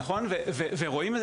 נכון ורואים,